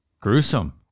Gruesome